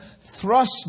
thrust